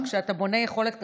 רק שכשאתה בונה יכולת כזאת,